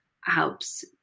helps